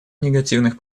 негативных